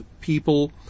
people